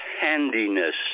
handiness